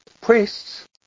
priests